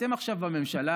אתם עכשיו בממשלה,